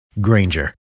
Granger